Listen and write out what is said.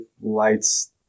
lights